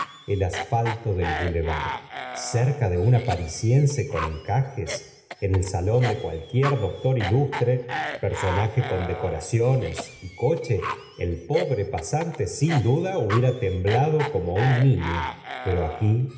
el asfalto del boulevard cerca de una parisiense con encajes en el salón de cualquier doctor ilustre personaje con decoraciones y coche el pobre pasante sin duda hubiera temblado como un niño pero aquí